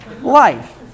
life